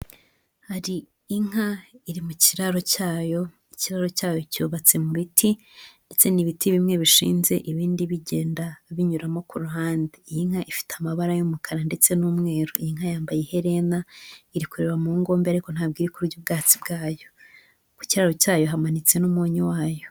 Hari inka, iri mu kiraro cyayo, ikiro cyayo cyubatse mu biti, ndetse n'ibiti bimwe bishinze ibindi bigenda, binyuramo ku ruhande. Iyi nka ifite amabara y'umukara ndetse n'umweru, inka yambaye iherena, iri kureba mu ngombe ariko ntabwo irikurya ubwasi bwayo. Ku kiraro cyayo hamanitse n'umunyu wayo.